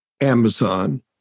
Amazon